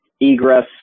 egress